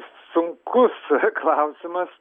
sunkus klausimas